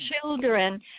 children